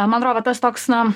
man atrodo va tas toks na